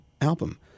album